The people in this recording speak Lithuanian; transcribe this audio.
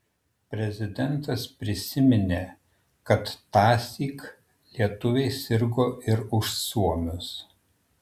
prezidentas prisiminė kad tąsyk lietuviai sirgo ir už suomius